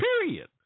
period